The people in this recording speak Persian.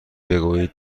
بگویید